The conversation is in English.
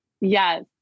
Yes